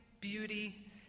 beauty